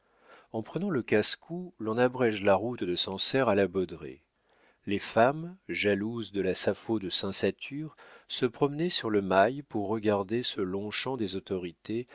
en prenant le casse-cou l'on abrége la route de sancerre à la baudraye les femmes jalouses de la sapho de saint satur se promenaient sur le mail pour regarder ce longchamps des autorités